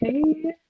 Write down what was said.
Okay